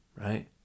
right